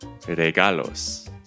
¡Regalos